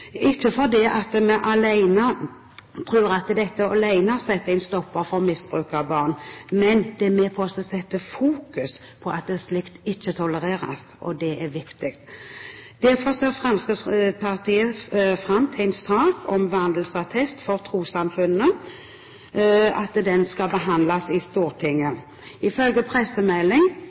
vi tror at dette alene setter en stopper for misbruk av barn, men det er med på å sette i fokus at slikt ikke tolereres. Og det er viktig. Fremskrittspartiet ser fram til at en sak om vandelsattest for trossamfunnene skal behandles i Stortinget.